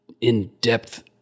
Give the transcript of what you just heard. in-depth